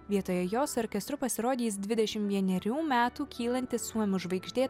vietoje jo su orkestru pasirodys dvidešim vienerių metų kylanti suomių žvaigždė